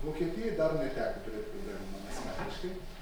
vokietijoj dar neteko turėt problemų man asmeniškai